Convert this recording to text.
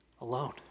alone